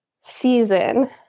season